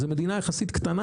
זו מדינה יחסית קטנה,